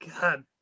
God